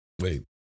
Wait